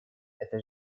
это